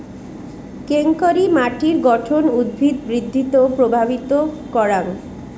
কেঙকরি মাটির গঠন উদ্ভিদ বৃদ্ধিত প্রভাবিত করাং?